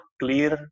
clear